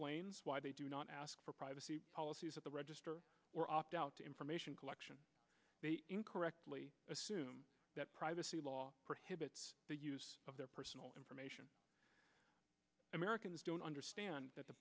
is why they do not ask for privacy policies at the register or opt out to information collection incorrectly assume that privacy law prohibits the use of their personal information americans don't understand that the